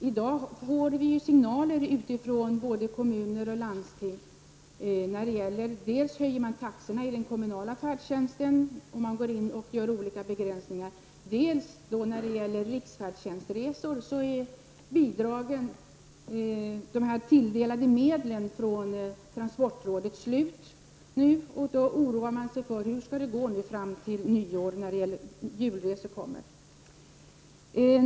I dag får vi signaler från både kommuner och landsting dels om att man i den kommunala färdtjänsten höjer taxorna och går in med olika begränsningar, dels om att bidragen till riksfärdtjänstresor i form av tilldelade medel från transportrådet nu är slut. Man oroar sig därför för hur det skall gå fram till nyår och med kommande julresor.